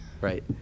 Right